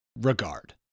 regard